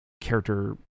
character